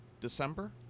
December